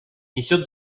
несет